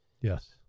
Yes